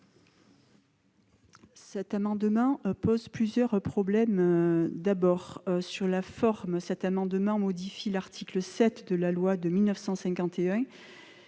Cet amendement pose plusieurs problèmes. Sur la forme, il tend à modifier l'article 7 de la loi de 1951.